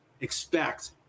expect